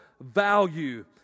value